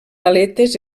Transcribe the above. aletes